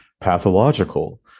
pathological